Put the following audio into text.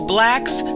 Blacks